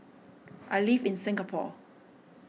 I live in Singapore